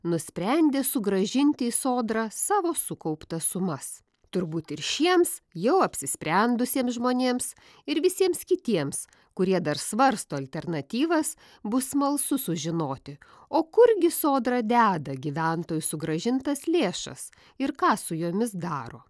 nusprendė sugrąžinti į sodrą savo sukauptas sumas turbūt ir šiems jau apsisprendusiems žmonėms ir visiems kitiems kurie dar svarsto alternatyvas bus smalsu sužinoti o kurgi sodra deda gyventojų sugrąžintas lėšas ir ką su jomis daro